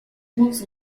months